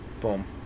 Boom